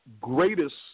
greatest